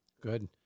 Good